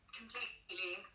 completely